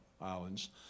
islands